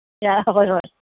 ꯍꯣꯏ ꯍꯣꯏ